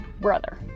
brother